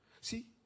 See